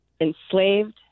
Enslaved